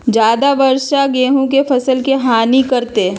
ज्यादा वर्षा गेंहू के फसल के हानियों करतै?